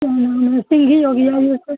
سنگھل ہوگیا